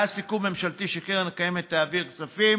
היה סיכום ממשלתי שקרן קיימת תעביר כספים